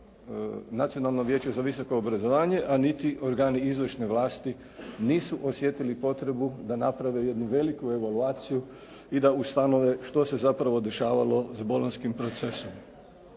Nacionalno vijeće za visoko obrazovanje a niti organi izvršne vlasti nisu osjetili potrebu da naprave jednu veliku evaluaciju i da ustanove što se zapravo dešavalo sa bolonjskim procesom.